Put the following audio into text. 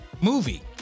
movie